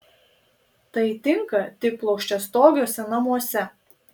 tai tinka tik plokščiastogiuose namuose